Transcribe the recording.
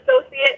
associate